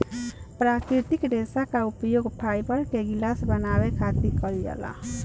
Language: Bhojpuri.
प्राकृतिक रेशा के उपयोग फाइबर के गिलास बनावे खातिर कईल जाला